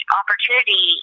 opportunity